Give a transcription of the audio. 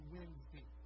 Wednesday